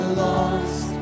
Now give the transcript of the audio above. lost